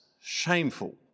shameful